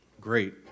great